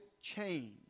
change